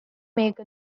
make